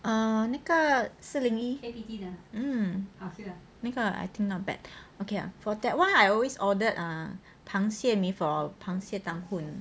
err 那个四零一 mm 那个 I think not bad okay lah for that one I always order uh 螃蟹米粉 or 螃蟹 tang hoon